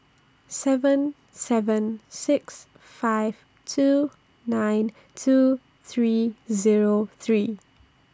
seven seven six five two nine two three Zero three